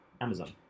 Amazon